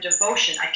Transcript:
devotion